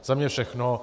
Za mě všechno.